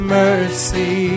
mercy